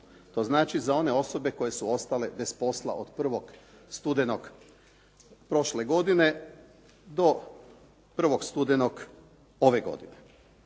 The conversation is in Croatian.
To znači za one osobe koje su ostale bez posla od 1. studenog prošle godine do 1. studenog ove godine